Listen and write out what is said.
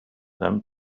them